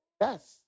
Yes